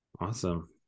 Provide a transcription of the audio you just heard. Awesome